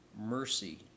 mercy